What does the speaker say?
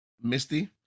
Misty